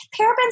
Parabens